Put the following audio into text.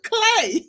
Clay